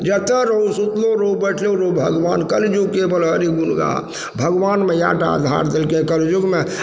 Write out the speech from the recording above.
जतहु रहु सुतलहुँ रहु बैठलो रहु भगवान कलयुगके बल हरि गुण गा भगवानमे इएह टा देलकइ कलयुगमे